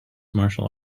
martial